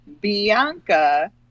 Bianca